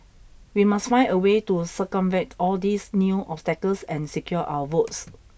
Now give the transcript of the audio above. we must find a way to circumvent all these new obstacles and secure our votes